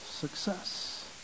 success